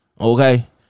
Okay